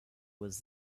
was